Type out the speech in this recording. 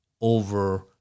over